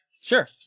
Sure